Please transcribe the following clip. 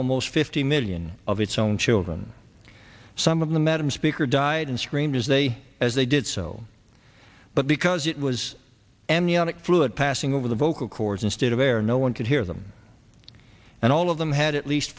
almost fifty million of its own children some of the madam speaker died and screamed as they as they did so but because it was an yannick fluid passing over the vocal chords instead of air no one could hear them and all of them had at least